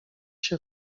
się